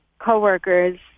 coworkers